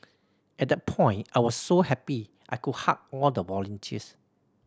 at that point I was so happy I could hug all the volunteers